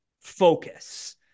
focus